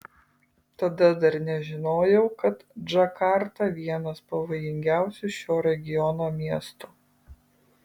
tada dar nežinojau kad džakarta vienas pavojingiausių šio regiono miestų